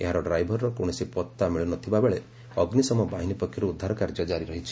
ଏହାର ଡ୍ରାଇଭରର କୌଣସି ପତ୍ତା ମିଳୁନଥିବା ବେଳେ ଅଗ୍ନିଶମ ବାହିନୀ ପକ୍ଷରୁ ଉଦ୍ଧାର କାର୍ଯ୍ୟ ଜାରି ରହିଛି